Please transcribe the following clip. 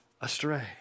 astray